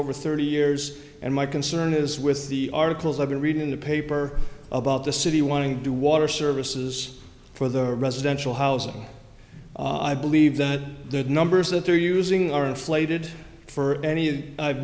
over thirty years and my concern is with the articles i've read in the paper about the city wanting to water services for the residential housing i believe that the numbers that they're using are inflated for any